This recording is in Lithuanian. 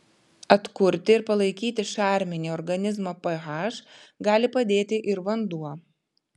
atkurti ir palaikyti šarminį organizmo ph gali padėti ir vanduo